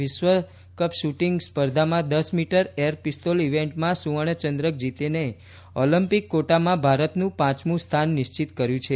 વિશ્વકપ શુટીંગ સ્પર્ધામાં દસ મીટર એર પિસ્તોલ ઇવેન્ટમાં સુવર્ણચંદ્રક જીતીને ઓલિમ્પિક ક્વોટામાં ભારતનું પાંચમું સ્થાન નિશ્ચિત કર્યું છે